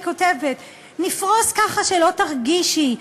היא כותבת: נפרוס ככה שלא תרגישי.